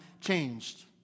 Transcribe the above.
changed